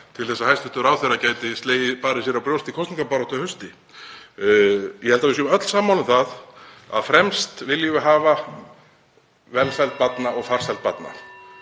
til að hæstv. ráðherra gæti barið sér á brjóst í kosningabaráttu að hausti. Ég held að við séum öll sammála um það að fremst viljum við hafa velsæld barna og farsæld barna.